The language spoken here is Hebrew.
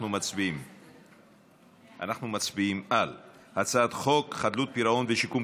אנחנו מצביעים על הצעת חוק חדלות פירעון ושיקום